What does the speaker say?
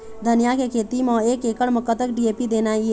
धनिया के खेती म एक एकड़ म कतक डी.ए.पी देना ये?